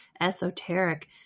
esoteric